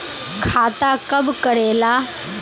खाता कब करेला?